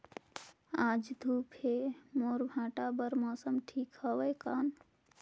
आज धूप हे मोर भांटा बार मौसम ठीक हवय कौन?